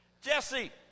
Jesse